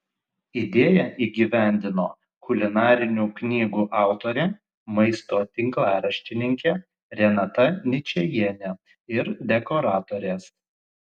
idėją įgyvendino kulinarinių knygų autorė maisto tinklaraštininkė renata ničajienė ir dekoratorės